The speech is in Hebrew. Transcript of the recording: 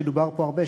שדובר עליו פה הרבה.